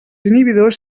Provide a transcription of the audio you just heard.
inhibidors